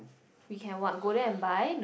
we can what go there and buy